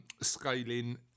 scaling